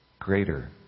greater